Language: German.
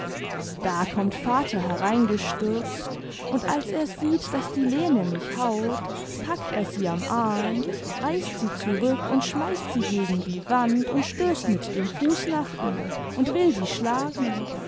da kommt vater hereingestürzt und als er sieht daß die lene mich haut packt er sie am arm reißt sie zurück und schmeißt sie gegen die wand und stößt mit dem fuß nach ihr imd will sie schlagen